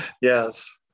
Yes